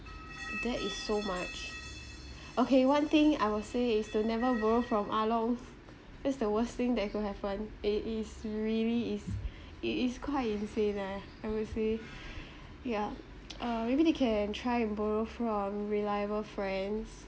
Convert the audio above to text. debt is so much okay one thing I will say is to never borrow from ah long that's the worst thing that could happen it is really is it is quite insane eh I have to say yeah uh maybe they can try and borrow from reliable friends